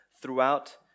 Throughout